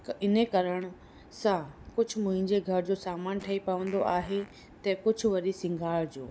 इन करण सां कुझु मुंहिंजे घर जो सामानु ठही पवंदो आहे त कुझु वरी सिंगार जो